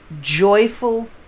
joyful